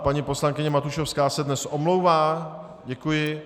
Paní poslankyně Matušovská se dnes omlouvá, děkuji.